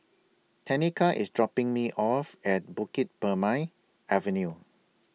Tenika IS dropping Me off At Bukit Purmei Avenue